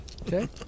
Okay